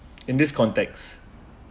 in this context